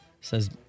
Says